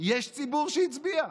יש ציבור שהצביע,